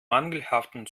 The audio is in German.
mangelhaften